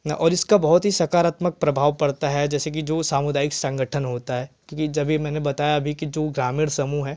और इसका बहुत ही सकारात्मक प्रभाव पड़ता है जैसे कि जो सामुदायिक संगठन होता है क्योंकि जभी मैंने बताया भी कि जो ग्रामीण समूह हैं